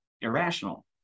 irrational